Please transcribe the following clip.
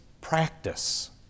practice